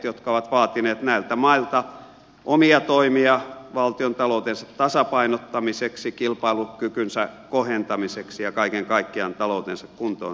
ne ovat vaatineet näiltä mailta omia toimia valtiontaloutensa tasapainottamiseksi kilpailukykynsä kohentamiseksi ja kaiken kaikkiaan taloutensa kuntoon saattamiseksi